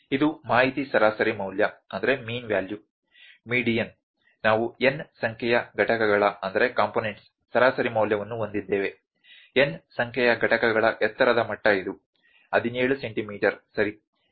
ಇದು ಮಾಹಿತಿ ಸರಾಸರಿ ಮೌಲ್ಯ ಮೀಡಿಯನ್ ನಾವು n ಸಂಖ್ಯೆಯ ಘಟಕಗಳ ಸರಾಸರಿ ಮೌಲ್ಯವನ್ನು ಹೊಂದಿದ್ದೇವೆ n ಸಂಖ್ಯೆಯ ಘಟಕಗಳ ಎತ್ತರದ ಮಟ್ಟ ಇದು 17 ಸೆಂಟಿಮೀಟರ್ ಸರಿ